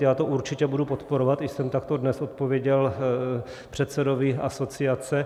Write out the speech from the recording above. Já to určitě budu podporovat, i jsem takto dnes odpověděl předsedovi asociace.